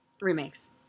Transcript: remakes